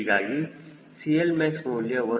ಹೀಗಾಗಿ CLmax ಮೌಲ್ಯ 1